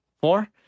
four